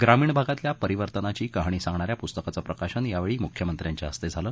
ग्रामीण भागातल्या परिवर्तनाची कहाणी सांगणाऱ्या पुस्तकाचं प्रकाशन यावेळी मुख्यमंत्र्यांच्या हस्ते झालं